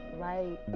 right